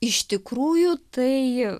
iš tikrųjų tai